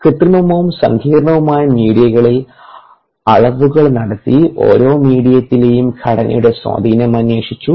കൃത്രിമവും സങ്കീർണ്ണവുമായ മീഡിയകളിലെ അളവുകൾ നടത്തി ഓരോ മീഡിയയിലെയും ഘടനയുടെ സ്വാധീനം അന്വേഷിച്ചു